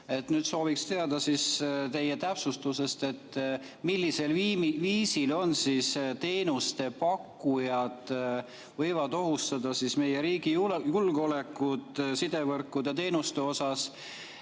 Nüüd sooviks teada teie täpsustust, millisel viisil teenuste pakkujad võivad ohustada meie riigi julgeolekut sidevõrkude ja -teenuste osas